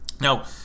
Now